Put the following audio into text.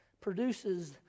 produces